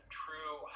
true